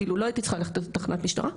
כאילו לא הייתי צריכה ללכת לתחנת משטרה.